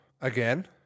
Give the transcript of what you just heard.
again